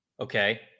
Okay